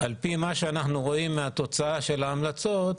על פי מה שאנחנו רואים מהתוצאה של ההמלצות,